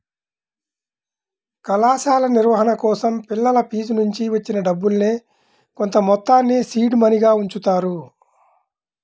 కళాశాల నిర్వహణ కోసం పిల్లల ఫీజునుంచి వచ్చిన డబ్బుల్నే కొంతమొత్తాన్ని సీడ్ మనీగా ఉంచుతారు